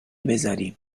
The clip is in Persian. بذاریم